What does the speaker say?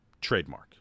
trademark